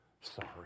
sorry